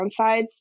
downsides